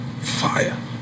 Fire